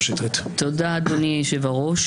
תודה, אדוני היושב-ראש,